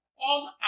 on